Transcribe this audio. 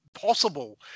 possible